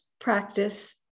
practice